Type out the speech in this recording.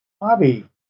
Bobby